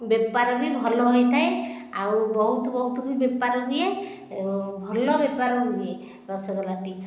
ବେପାର ବି ଭଲ ହୋଇଥାଏ ଆଉ ବହୁତ ବହୁତ ବି ବେପାର ଦିଏ ଭଲ ବେପାର ହୁଏ ରସଗୋଲା ଟି